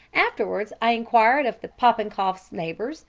afterwards i enquired of the popenkoffs' neighbours,